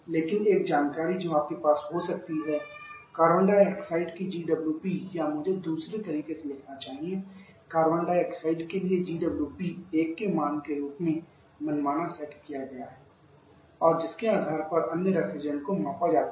लेकिन एक जानकारी जो आपके पास हो सकती है कार्बन डाइऑक्साइड की GWP या मुझे दूसरे तरीके से लिखना चाहिए कार्बन डाइऑक्साइड के लिए जीडब्ल्यूपी 1 के मान के रूप में मनमाना सेट किया गया है और जिसके आधार पर अन्य रेफ्रिजरेंट को मापा जाता है